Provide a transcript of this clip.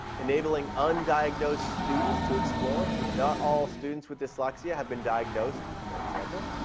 enabling undiagnosed students to explore. not all students with dyslexia have been diagnosed, for example,